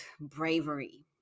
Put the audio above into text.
bravery